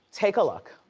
take a look.